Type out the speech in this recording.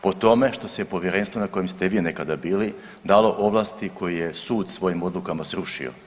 Po tome što se Povjerenstvo na kojem ste vi nekada bili dalo ovlasti koje je sud svojim odlukama srušio.